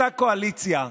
אותה קואליציה,